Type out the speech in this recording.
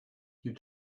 you